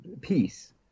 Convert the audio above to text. peace